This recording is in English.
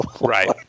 Right